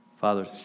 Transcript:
Father